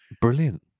brilliant